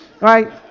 Right